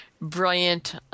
brilliant –